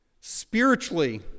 spiritually